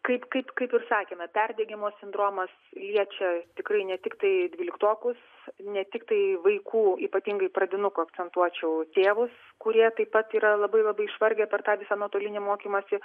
kaip kaip kaip ir sakėme perdegimo sindromas liečia tikrai ne tiktai dvyliktokus ne tiktai vaikų ypatingai pradinukų akcentuočiau tėvus kurie taip pat yra labai labai išvargę per tą visą nuotolinį mokymąsi